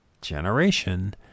generation